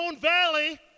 Valley